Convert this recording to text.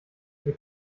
wir